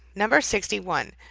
number sixty one,